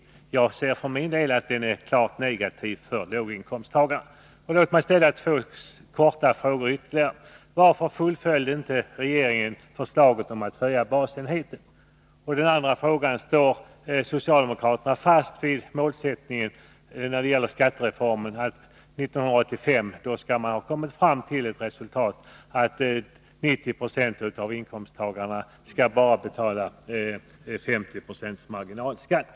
För min del anser jag Nr 53 den vara klart negativ för låginkomsttagarna. Torsdagen den Låt mig ställa ytterligare två korta frågor: 16 december 1982 Står socialdemokraterna fast vid målsättningen när det gäller skattereformen, nämligen att man år 1985 skall ha kommit fram till att 90 2 av inkomsttagarna skall betala endast 50 96 i marginalskatt?